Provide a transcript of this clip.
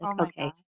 Okay